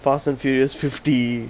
fast and furious fifty